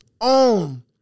own